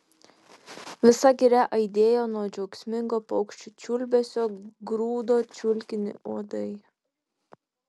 visa giria aidėjo nuo džiaugsmingo paukščių čiulbesio grūdo čiulkinį uodai